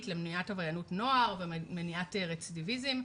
למניעת עבריינות נוער ומניעת רצידיביזם.